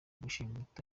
gushimuta